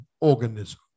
organism